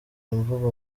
imvugo